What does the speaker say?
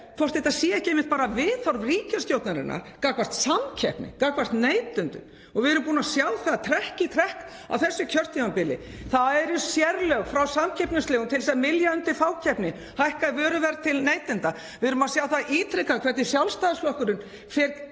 hvort þetta sé ekki einmitt bara viðhorf ríkisstjórnarinnar gagnvart samkeppni, gagnvart neytendum og við erum búin að sjá það trekk í trekk á þessu kjörtímabili. Það eru sérlög frá samkeppnislögum til að mylja undir fákeppni og hækka vöruverð til neytenda. Við erum að sjá það ítrekað hvernig Sjálfstæðisflokkurinn fer